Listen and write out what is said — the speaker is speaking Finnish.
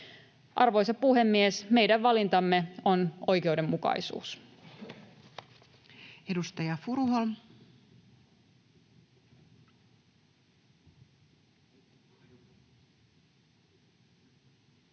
Arvoisa puhemies! Meidän valintamme on oikeudenmukaisuus. Edustaja Furuholm. Arvoisa